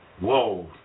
Whoa